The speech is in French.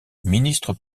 ministre